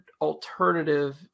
alternative